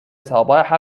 صباح